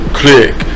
click